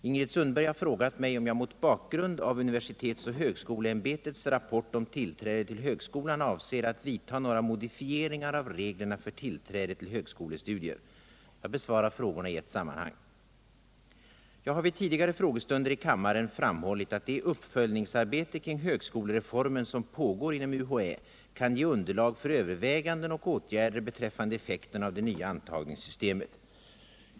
Ingrid Sundberg har frågat mig om jag mot bakgrund av universitets och högskoleämbetets rapport om tillträde till högskolan Jag har vid tidigare frågestunder i kammaren framhållit att det uppföljningsarbete kring högskolereformen som pågår inom universitets och Om reglerna för högskoleämbetet kan ge underlag för överväganden och åtgärder tillträde till högskobeträffande effekterna av det nya antagningssystemet.